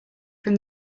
from